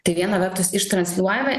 tai viena vertus ištransliuojami